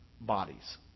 bodies